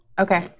Okay